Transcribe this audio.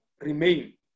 remain